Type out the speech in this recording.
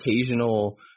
occasional